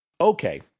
Okay